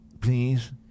Please